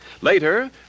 Later